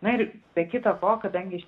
na ir be kita ko kadangi